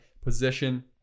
position